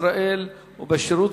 עשרה